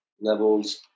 levels